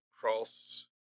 cross